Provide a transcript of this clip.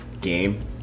game